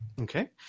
okay